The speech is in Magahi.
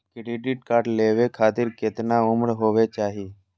क्रेडिट कार्ड लेवे खातीर कतना उम्र होवे चाही?